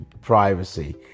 privacy